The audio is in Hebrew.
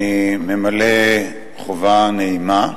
אני ממלא חובה נעימה,